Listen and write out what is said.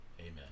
amen